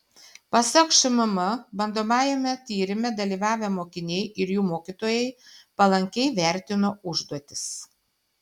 pasak šmm bandomajame tyrime dalyvavę mokiniai ir jų mokytojai palankiai vertino užduotis